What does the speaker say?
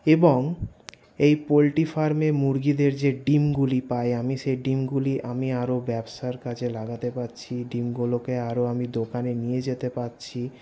এবং এই পোলট্রি ফার্মে মুরগিদের যে ডিমগুলি পাই আমি সেই ডিমগুলি আমি আরও ব্যবসার কাজে লাগাতে পারছি ডিমগুলোকে আরও আমি দোকানে নিয়ে যেতে পারছি